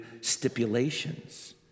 stipulations